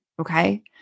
Okay